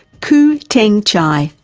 khoo teng chye,